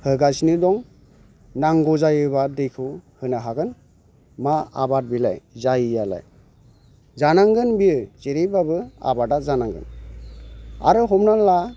होगासिनो दं नांगौ जायोबा दैखौ होनो हागोन मा आबाद बेलाय जायियालाय जानांगोन बेयो जेरैबाबो आबादा जानांगोन आरो हमनानै ला